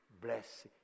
bless